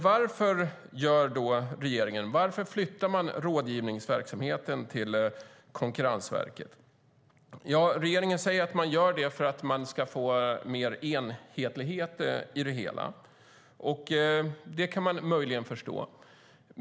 Varför flyttar då regeringen rådgivningsverksamheten till Konkurrensverket? Regeringen säger att de gör det för att få mer enhetlighet i det hela. Det kan man möjligen förstå.